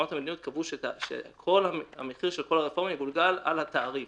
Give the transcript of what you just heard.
עקרונות המדיניות קבעו שכל המחיר של כל הרפורמה יגולגל על התעריף.